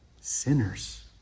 Sinners